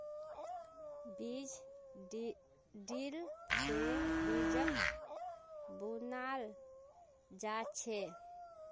बीज ड्रिल से बीजक बुनाल जा छे